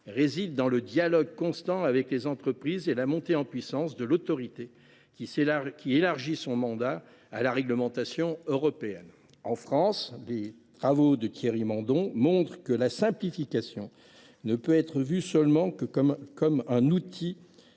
réside dans le dialogue constant avec les entreprises et dans la montée en puissance de l’autorité, dont le mandat a été étendu à la réglementation européenne. En France, les travaux de Thierry Mandon montrent que la simplification ne peut être vue seulement comme un outil